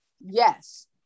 yes